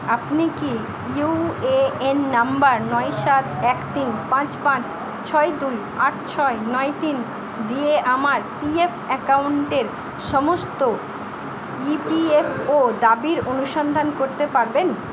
আপনি কি UAN number নয় সাত এক তিন পাঁচ পাঁচ ছয় দুই আট ছয় নয় তিন দিয়ে আমার পিএফ অ্যাকাউন্টের সমস্ত ইপিএফও দাবির অনুসন্ধান করতে পারবেন